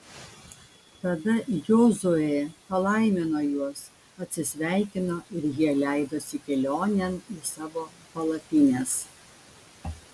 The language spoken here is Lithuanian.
tada jozuė palaimino juos atsisveikino ir jie leidosi kelionėn į savo palapines